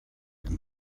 and